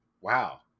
Wow